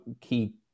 key